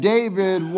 David